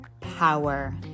power